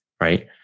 Right